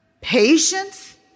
patience